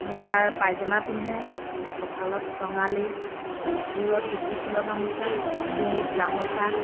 মুগাৰ পায়জামা পিন্ধে ককালত টঙালী মূৰত গুটিফুলৰ গামোচা ডিঙিত গামোচা